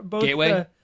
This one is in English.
Gateway